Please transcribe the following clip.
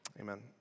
Amen